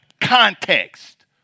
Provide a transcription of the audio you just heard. context